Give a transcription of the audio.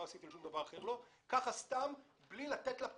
לא על שום דבר אחר ככה סתם בלי לתת לה פתרון.